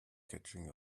catching